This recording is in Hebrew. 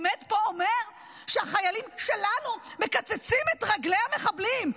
עומד פה ואומר שהחיילים שלנו מקצצים את רגלי המחבלים.